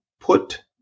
put